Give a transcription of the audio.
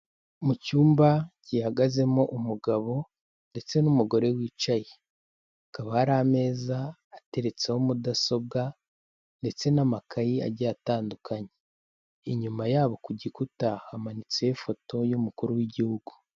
Mu cyumba gihagazemo umugabo ndetse n'umugore wicaye. Hakaba hari ameza ateretseho mudasobwa, ndetse n'amakayi agiye atandukanye. Inyuma yabo ku gikuta hamanitseho ifoto y'umukuru w'igihugu.